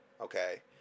Okay